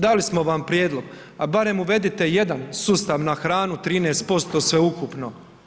Dali smo vam prijedlog, a barem uvedite jedan sustav na hranu 13% sveukupno.